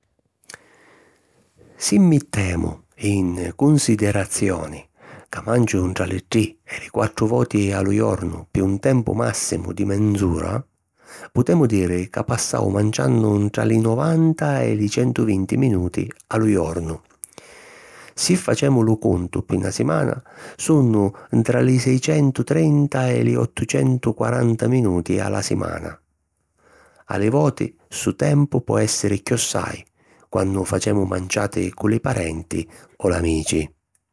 Si mittemu in cunsidirazioni ca manciu ntra li tri e li quattri voti a lu jornu pi un tempu màssimu di menz’ura, putemu diri ca passu manciannu ntra li novanta e li centuvinti minuti a lu jornu. Si facemu lu cuntu pi na simana sunnu ntra li seicentu trenta e li ottucentu quaranta minuti a la simana. A li voti ssu tempu po èssiri chiossai quannu facemu manciati cu li parenti o l'amici.